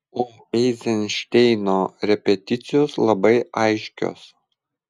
o eizenšteino repeticijos labai aiškios